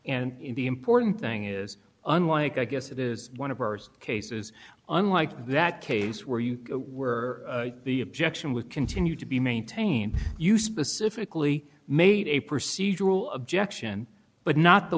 and the important thing is i guess it is one of ours cases unlike that case where you were the objection would continue to be maintained you specifically made a procedural objection but not the